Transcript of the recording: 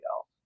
else